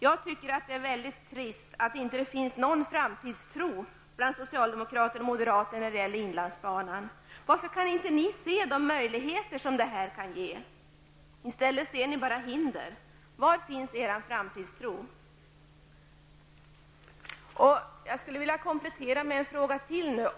Jag tycker att det är väldigt trist att det inte finns någon framtidstro bland socialdemokrater och moderater när det gäller inlandsbanan. Varför kan inte ni se de möjligheter som detta kan ge? I stället ser ni bara hinder. Var finns er framtidstro? Jag skulle vilja komplettera med en fråga till.